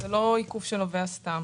זה לא עיכוב סתם.